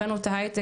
הבאנו את ההיי-טק,